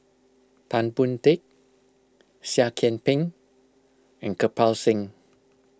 Tan Boon Teik Seah Kian Peng and Kirpal Singh